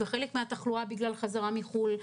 וחלק מהתחלואה בגלל חזרה מחו"ל.